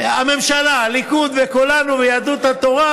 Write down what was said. הממשלה, ליכוד וכולנו ויהדות התורה,